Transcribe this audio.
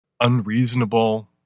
unreasonable